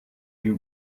you